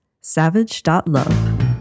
savage.love